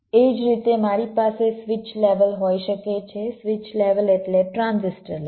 એ જ રીતે મારી પાસે સ્વિચ લેવલ હોઈ શકે છે સ્વિચ લેવલ એટલે ટ્રાન્ઝિસ્ટર લેવલ